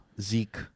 Zeke